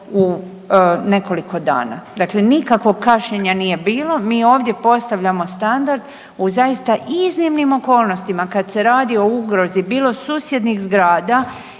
u nekoliko dana. Dakle, nikakvog kašnjenja nije bilo, mi ovdje postavljamo standard u zaista iznimnim okolnostima kad se radi o ugrozi bilo susjednih zgrada